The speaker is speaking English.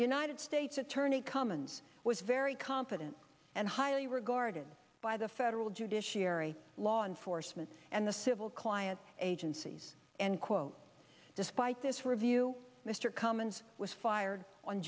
united states attorney cummins was very competent and highly regarded by the federal judiciary law enforcement and the civil client agencies and quote despite this review mr cummins was fired on